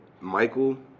Michael